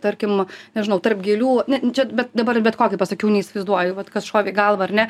tarkim nežinau tarp gėlių ne čia bet dabar bet kokį pasakiau neįsivaizduoju vat kas šovė į galvą ar ne